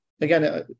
again